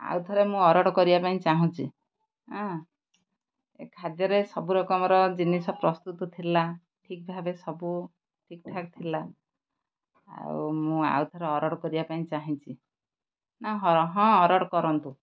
ଆଉଥରେ ମୁଁ ଅର୍ଡ଼ର କରିବା ପାଇଁ ଚାହୁଁଛି ଏ ଖାଦ୍ୟରେ ସବୁ ରକମର ଜିନିଷ ପ୍ରସ୍ତୁତ ଥିଲା ଠିକ୍ ଭାବେ ସବୁ ଠିକ୍ ଠାକ୍ ଥିଲା ଆଉ ମୁଁ ଆଉଥରେ ଅର୍ଡ଼ର କରିବା ପାଇଁ ଚାହିଁଛି ନା ହଁ ଅର୍ଡ଼ର କରନ୍ତୁ